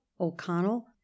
O'Connell